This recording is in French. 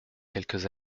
quelques